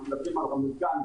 אנחנו מדברים על רמת-גן,